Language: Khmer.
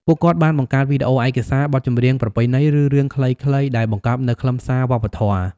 ពួកគាត់បានបង្កើតវីដេអូឯកសារ បទចម្រៀងប្រពៃណី ឬរឿងខ្លីៗដែលបង្កប់នូវខ្លឹមសារវប្បធម៌។